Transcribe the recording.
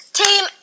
team